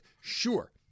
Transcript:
Sure